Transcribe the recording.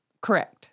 correct